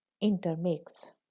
intermix